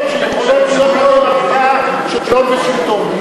שיכולות להיות בהן נגיעה של הון ושלטון,